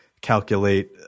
calculate